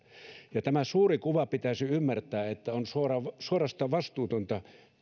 tämä suuri kuva pitäisi ymmärtää on suorastaan vastuutonta